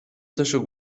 تاشو